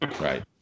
right